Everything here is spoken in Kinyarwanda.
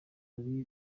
ari